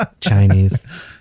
Chinese